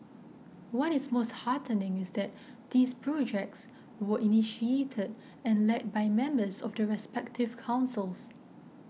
what is most heartening is that these projects were initiated and led by members of the respective councils